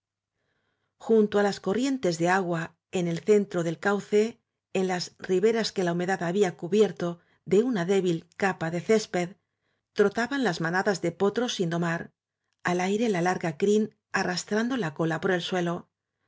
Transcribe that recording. junto á las corrientes de agua en el centro del cauce en las riberas que la humedad había cubierto de una débil capa de césped trotaban las manadas de potros sin domar al aire la lar ga crin arrastrando la cola por el suelo